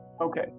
Okay